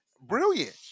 brilliant